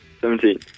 Seventeen